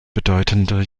bedeutende